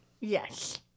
Yes